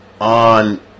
on